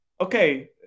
okay